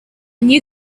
new